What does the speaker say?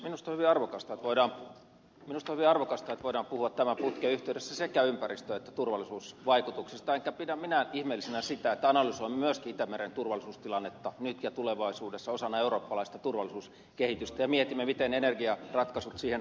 minusta on hyvin arvokasta että voidaan puhua tämän putken yhteydessä sekä ympäristö että turvallisuusvaikutuksista enkä pidä minään ihmeellisenä sitä että analysoimme myöskin itämeren turvallisuustilannetta nyt ja tulevaisuudessa osana eurooppalaista turvallisuuskehitystä ja mietimme miten energiaratkaisut siihen vaikuttavat